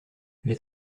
les